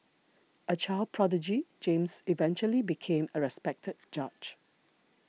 a child prodigy James eventually became a respected judge